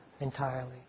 entirely